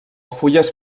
fulles